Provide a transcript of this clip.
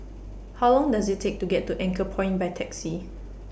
How Long Does IT Take to get to Anchorpoint By Taxi